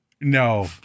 No